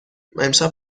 امشب